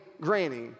Granny